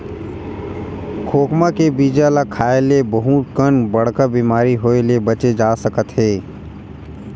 खोखमा के बीजा ल खाए ले बहुत कन बड़का बेमारी होए ले बाचे जा सकत हे